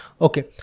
Okay